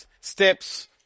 steps